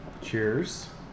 Cheers